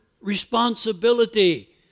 responsibility